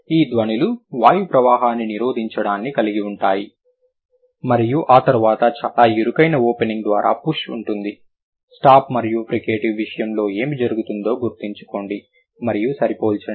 ఈ ధ్వనులు వాయుప్రవాహాన్ని నిరోధించడాన్ని కలిగి ఉంటాయి మరియు ఆ తర్వాత చాలా ఇరుకైన ఓపెనింగ్ ద్వారా పుష్ ఉంటుంది స్టాప్ మరియు ఫ్రికేటివ్ విషయంలో ఏమి జరుగుతుందో గుర్తుంచుకోండి మరియు సరిపోల్చండి